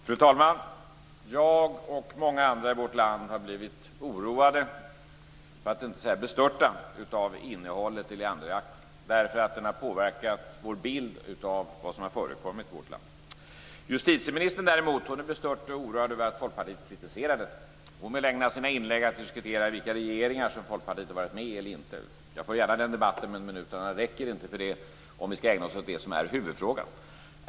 Fru talman! Jag och många andra i vårt land har blivit oroade, för att inte säga bestörta, av innehållet i Leanderakten därför att den har påverkat vår bild av vad som har förekommit i vårt land. Justitieministern däremot är bestört och oroad över att Folkpartiet kritiserar detta. Hon vill ägna sina inlägg åt att diskutera vilka regeringar som Folkpartiet har varit med i och inte. Jag för gärna den debatten, men minuterna räcker inte till det om vi skall ägna oss åt det som är huvudfrågan.